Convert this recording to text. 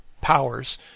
powers